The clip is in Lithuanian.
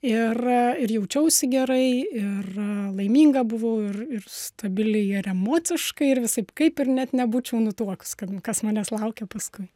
ir ir jaučiausi gerai ir laiminga buvau ir stabiliai ir emociškai ir visaip kaip ir net nebūčiau nutuokus kad kas manęs laukia paskui